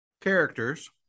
characters